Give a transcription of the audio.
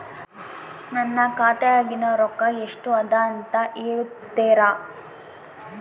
ನನ್ನ ಖಾತೆಯಾಗಿನ ರೊಕ್ಕ ಎಷ್ಟು ಅದಾ ಅಂತಾ ಹೇಳುತ್ತೇರಾ?